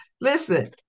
listen